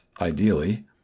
ideally